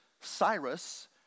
Cyrus